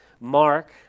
Mark